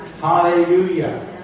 Hallelujah